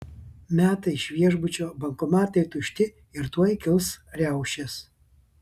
meta iš viešbučio bankomatai tušti ir tuoj kils riaušės